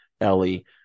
Ellie